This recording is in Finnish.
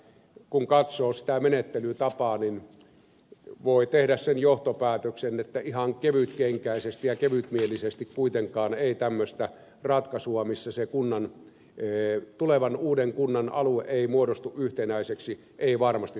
kun katsoo sitä menettelytapaa niin voi tehdä sen johtopäätöksen että ihan kevytkenkäisesti ja kevytmielisesti ei kuitenkaan tämmöistä ratkaisua missä se tulevan uuden kunnan alue ei muodostu yhtenäiseksi varmasti tulla tekemään